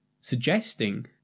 suggesting